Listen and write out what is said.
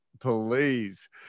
please